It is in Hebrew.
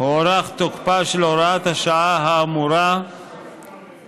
הוארך תוקפה של הוראת השעה האמורה כך